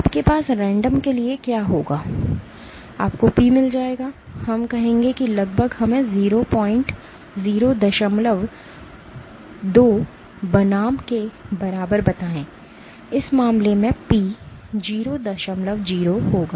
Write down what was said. आपके पास रैंडम के लिए क्या होगा आपको P मिल जाएगा हम कहेंगे कि लगभग हमें 0 2 बनाम के बराबर बताएं इस मामले में P 0 0 होगा